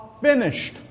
finished